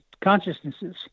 consciousnesses